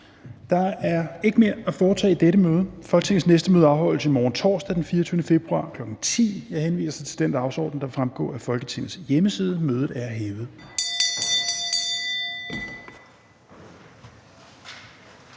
Der er ikke mere at foretage i dette møde. Folketingets næste møde afholdes i morgen torsdag, den 24. februar 2022, kl. 10.00. Jeg henviser til den dagsorden, der vil fremgå af Folketingets hjemmeside. Mødet er hævet.